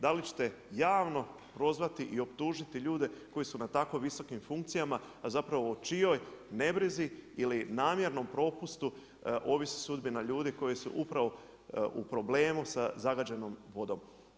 Da li ćete javno prozvati i optužiti ljude koji su na tako visokim funkcijama, a zapravo o čijoj nebrizi ili namjernom propustu ovisi sudbina ljudi koji su upravo u problemu sa zagađenom vodom.